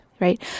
right